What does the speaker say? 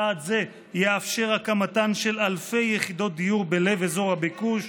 צעד זה יאפשר הקמתן של אלפי יחידות דיור בלב אזור הביקוש,